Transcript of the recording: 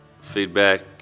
feedback